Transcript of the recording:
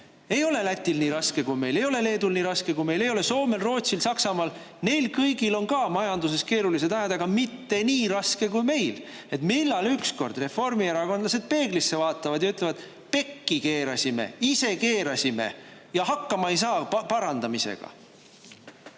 Ei ole Lätil nii raske kui meil, ei ole Leedul nii raske kui meil, ei ole Soomel, Rootsil ega Saksamaal [nii raske] – neil kõigil on ka majanduses keerulised ajad, aga mitte nii raske kui meil. Millal ükskord reformierakondlased peeglisse vaatavad ja ütlevad "Pekki keerasime, ise keerasime, ja hakkama ei saa parandamisega"?